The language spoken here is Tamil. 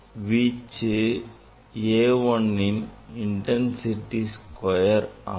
வீச்சின் A 1's intensity square ஆகும்